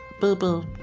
Boo-boo